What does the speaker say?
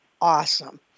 awesome